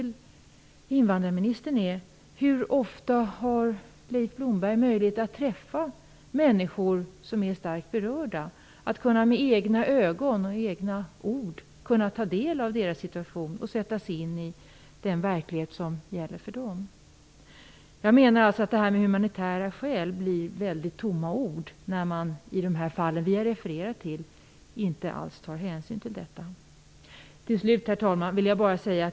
Leif Blomberg möjlighet att träffa människor som är starkt berörda, att med egna ögon och utifrån deras egna ord kunna ta del av deras situation och sätta sig in i deras verklighet? Jag menar att det här med humanitära skäl blir tomma ord när man i de fall vi har refererat till inte alls tar hänsyn till detta. Herr talman!